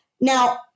Now